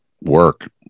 work